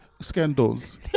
scandals